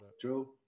True